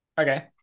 Okay